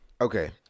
Okay